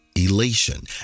elation